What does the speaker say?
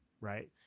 right